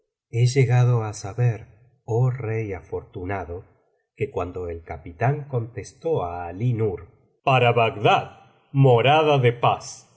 he llegado á saber oh rey afortunado que cuando el capitán contestó á alí nur para bagdad morada de paz